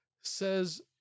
says